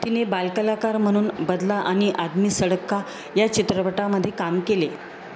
तिने बालकलाकार म्हणून बदला आणि आदमी सडक या चित्रपटामध्ये काम केले